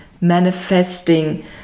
manifesting